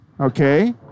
Okay